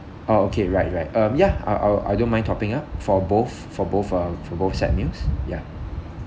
oh okay right right um ya I'll I'll I don't mind topping up for both for both um for both set meals ya